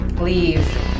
Leave